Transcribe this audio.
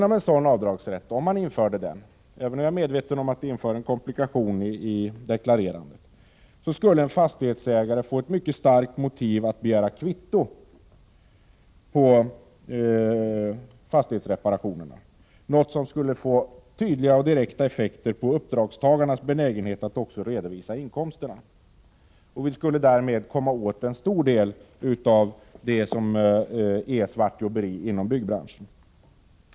Om en sådan avdragsrätt genomförs — jag är medveten om att det skulle medföra komplikationer vid deklarationen — skulle en fastighetsägare få ett starkt motiv att begära kvitto vid fastighetsreparationer, något som skulle få tydliga och direkta effekter på uppdragstagarnas benägenhet att också redovisa inkomsterna. Vi skulle därmed komma åt en stor del av svartjobberiet i byggbranschen.